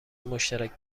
مشترک